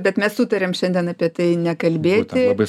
bet mes sutarėm šiandien apie tai nekalbėti